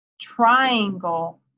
triangle